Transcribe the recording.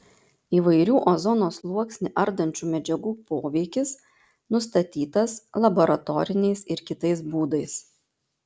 įvairių ozono sluoksnį ardančių medžiagų poveikis nustatytas laboratoriniais ir kitais būdais